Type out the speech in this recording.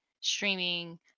streaming